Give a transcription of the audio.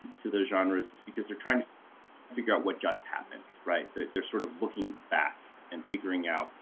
to those genres is because they're trying to figure out what just happened right they're sort of looking back and figuring out